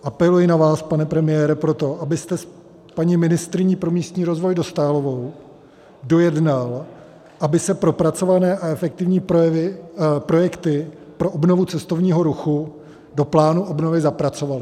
Apeluji na vás, pane premiére, proto, abyste s paní ministryní pro místní rozvoj Dostálovou dojednal, aby se propracované a efektivní projekty pro obnovu cestovního ruchu do plánu obnovy zapracovaly.